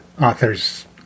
authors